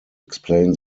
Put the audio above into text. explain